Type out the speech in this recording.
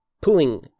pulling